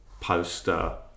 poster